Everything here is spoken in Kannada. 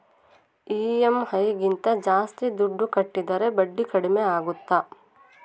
ಇ.ಎಮ್.ಐ ಗಿಂತ ಜಾಸ್ತಿ ದುಡ್ಡು ಕಟ್ಟಿದರೆ ಬಡ್ಡಿ ಕಡಿಮೆ ಆಗುತ್ತಾ?